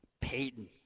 Peyton